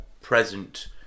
present